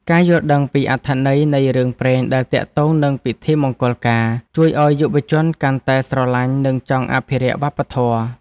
ការយល់ដឹងពីអត្ថន័យនៃរឿងព្រេងដែលទាក់ទងនឹងពិធីមង្គលការ ជួយឱ្យយុវជនកាន់តែស្រឡាញ់និងចង់អភិរក្សវប្បធម៌។